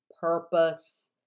purpose